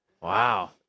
Wow